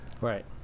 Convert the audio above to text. Right